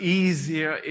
easier